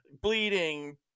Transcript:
bleeding